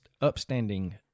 upstanding